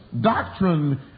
doctrine